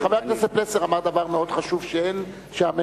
כי חבר הכנסת פלסנר אמר דבר מאוד חשוב: שהממשלה,